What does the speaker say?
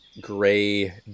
gray